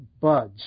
budge